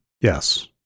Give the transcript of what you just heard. Yes